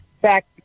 back